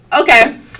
Okay